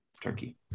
turkey